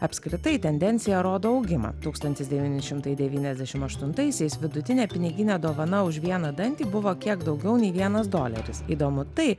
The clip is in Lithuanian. apskritai tendencija rodo augimą tūkstantis devyni šimtai devyniasdešimt aštuntaisiais vidutinė piniginė dovana už vieną dantį buvo kiek daugiau nei vienas doleris įdomu tai